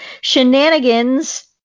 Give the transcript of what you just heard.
shenanigans